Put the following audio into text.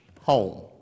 home